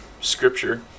Scripture